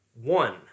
One